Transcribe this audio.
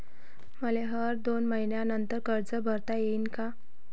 मले हर दोन मयीन्यानंतर कर्ज भरता येईन का?